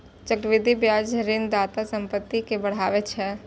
चक्रवृद्धि ब्याज ऋणदाताक संपत्ति कें बढ़ाबै छै